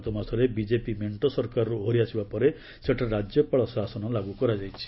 ଗତମାସରେ ବିକେପି ମେଣ୍ଟ ସରକାରରୁ ଓହରି ଆସିବା ପରେ ସେଠାରେ ରାଜ୍ୟପାଳ ଶାସନ ଲାଗୁ କରାଯାଇଛି